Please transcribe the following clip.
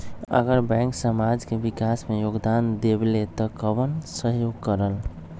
अगर बैंक समाज के विकास मे योगदान देबले त कबन सहयोग करल?